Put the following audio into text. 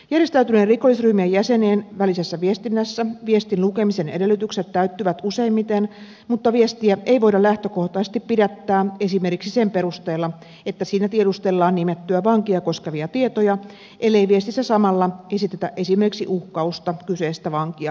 järjestäytyneiden rikollisryhmien jäsenien välisessä viestinnässä viestin lukemisen edellytykset täyttyvät useimmiten mutta viestiä ei voida lähtökohtaisesti pidättää esimerkiksi sen perusteella että siinä tiedustellaan nimettyä vankia koskevia tietoja ellei viestissä samalla esitetä esimerkiksi uhkausta kyseistä vankia kohtaan